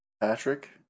Patrick